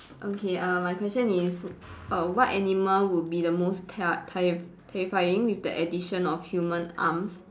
okay uh my question is err what animal would be the most te~ terri~ terrifying with the addition of human arms